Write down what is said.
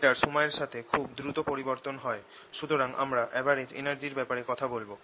এটার সময়ের সাথে খুব দ্রুত পরিবর্তন হয় সুতরাং আমরা অ্যাভারেজ এনার্জির ব্যাপারে কথা বলবো